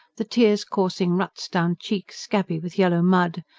the tears coursing ruts down cheeks scabby with yellow mud,